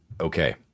Okay